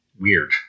weird